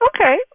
Okay